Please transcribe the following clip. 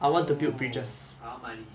no I want money